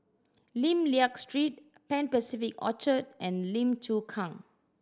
Lim Liak Street Pan Pacific Orchard and Lim Chu Kang